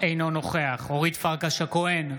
אינו נוכח אורית פרקש הכהן,